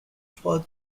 for